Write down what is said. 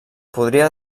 podria